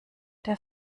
der